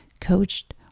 coached